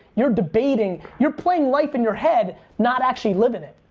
you're debating, you're playing life in your head, not actually living it.